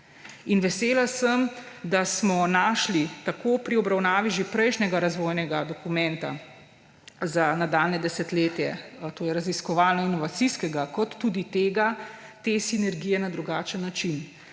Vesela sem, da smo našli tako pri obravnavi že prejšnjega razvojnega dokumenta za nadaljnje desetletje, to je raziskovalno-inovacijskega, kot tudi te sinergije na drugačen način: